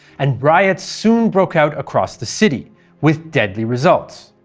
and riots soon broke out across the city with deadly results.